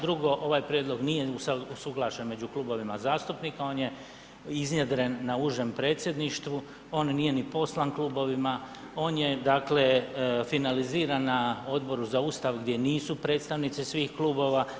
Drugo, ovaj prijedlog nije usuglašen među klubovima zastupnika, on je iznjedren na užem predsjedništvu, on nije ni poslan klubovima, on je finaliziran na Odboru za Ustav gdje nisu predstavnici svih klubova.